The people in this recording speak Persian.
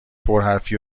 پرحرفی